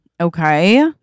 okay